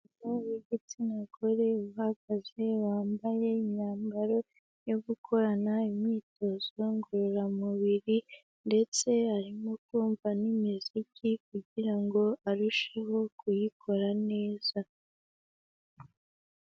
Ni umuntu w'igitsina gore, uhagaze, wambaye imyambaro yo gukorana imyitozo ngororamubiri ndetse arimo kumva n'imiziki kugira ngo arusheho kuyikora neza.